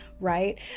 right